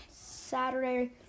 Saturday